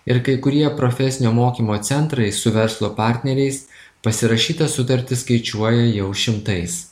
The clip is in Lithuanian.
ir kai kurie profesinio mokymo centrai su verslo partneriais pasirašyta sutartis skaičiuoja jau šimtais